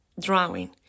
drawing